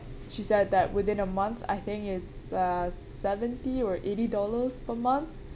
she said that within a month I think it's uh seventy or eighty dollars per month